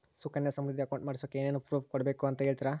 Sukanya Samriddhi account ಮಾಡಿಸೋಕೆ ಏನೇನು proof ಕೊಡಬೇಕು ಅಂತ ಹೇಳ್ತೇರಾ?